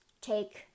take